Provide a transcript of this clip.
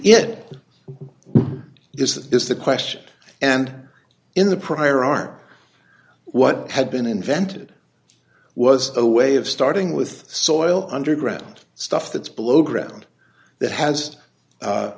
it is that is the question and in the prior art what had been invented was a way of starting with soil underground stuff that's below ground that has